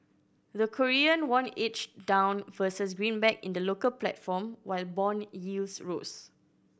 the Korean won edged down versus greenback in the local platform while bond yields rose